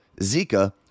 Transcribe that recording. Zika